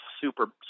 super